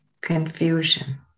confusion